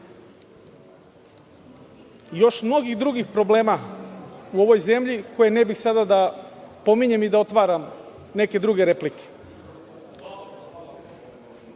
još mnogih drugih problema u ovoj zemlji, koje ne bih sada da pominjem i da otvaram neke druge replike. Takođe,